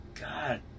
God